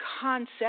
concept